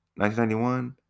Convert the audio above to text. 1991